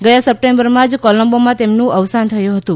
ગયા સપ્ટેમ્બરમાં જ કોલંબોમાં તેમનું અવસાન થયું હતું